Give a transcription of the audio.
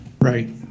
Right